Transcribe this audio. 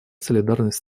солидарность